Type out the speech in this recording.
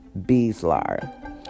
Beeslar